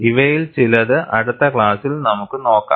ഇവയിൽ ചിലത് അടുത്ത ക്ലാസിൽ നമുക്ക് നോക്കാം